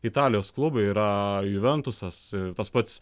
italijos klubai yra juventusas tas pats